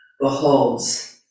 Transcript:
beholds